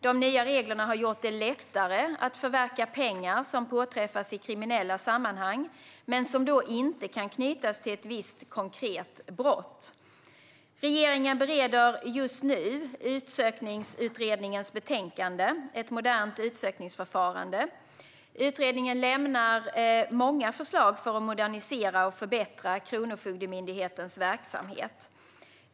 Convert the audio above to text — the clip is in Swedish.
De nya reglerna har gjort det lättare att förverka pengar som påträffas i kriminella sammanhang men som inte kan knytas till ett visst konkret brott. Regeringen bereder just nu Utsökningsutredningens betänkande Ett modernare utsökningsförfarande . Utredningen lämnar många förslag för att modernisera och förbättra Kronofogdemyndighetens verksamhet.